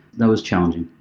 that was challenging.